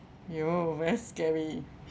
!aiyo! very scary